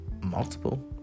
multiple